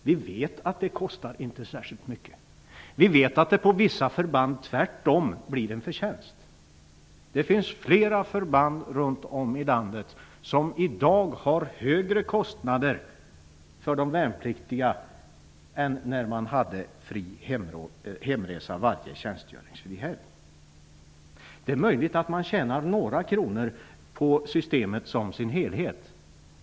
Vi vet att det inte kostar särskilt mycket. Vi vet att det på vissa förband tvärtom blir en förtjänst. Det finns flera förband runt om i landet som i dag har högre kostnader för de värnpliktiga än vad man hade när de hade fri hemresa varje tjänstgöringsfri helg. Det är möjligt att man tjänar några kronor på systemet i dess helhet.